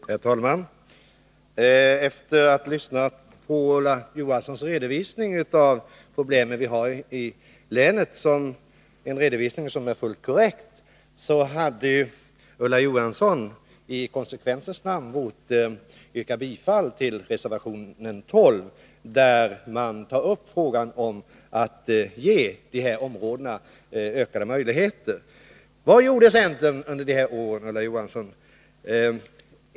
Herr talman! Efter att ha lyssnat till Ulla Johanssons redovisning av problemen i länet — en redovisning som är fullt korrekt — anser jag att Ulla Johansson i konsekvensens namn bort yrka bifall till reservation 12, där frågan om att ge de här områdena ökade möjligheter tas upp. Vad gjorde centern under de här åren? frågade Ulla Johansson.